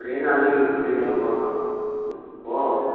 ஒரே நாள் லீவு கொடுத்திங்கனா போதும் ஓ